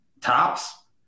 tops